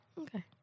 Okay